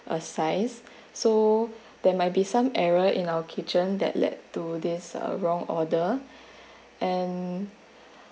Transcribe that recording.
uh size so there might be some error in our kitchen that led to this uh wrong order and